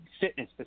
fitness